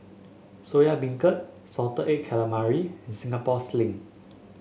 Soya Beancurd Salted Egg Calamari and Singapore Sling